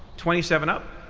twenty seven up,